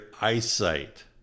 eyesight